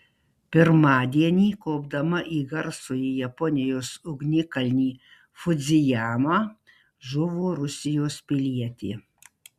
pirmadienį kopdama į garsųjį japonijos ugnikalnį fudzijamą žuvo rusijos pilietė